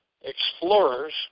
explorers